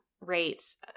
Rates